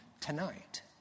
tonight